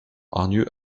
hargneux